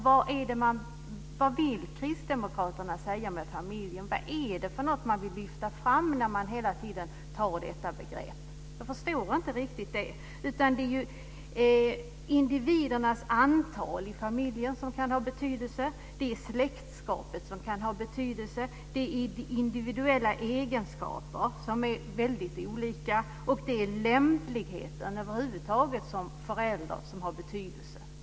Vad vill Kristdemokraterna säga med familjen? Vad är det för något man vill lyfta fram när man hela tiden talar om detta begrepp? Jag förstår inte riktigt det. Individernas antal i familjen kan ha betydelse. Släktskapet kan ha betydelse. Individuella egenskaper kan vara väldigt olika. Över huvud taget har lämpligheten som förälder betydelse.